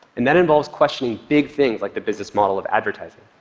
and that involves questioning big things, like the business model of advertising.